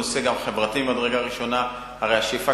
הנושא גם חברתי ממדרגה ראשונה: הרי השאיפה